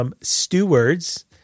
stewards